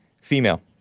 female